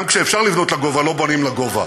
גם כשאפשר לבנות לגובה, לא בונים לגובה.